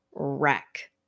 wreck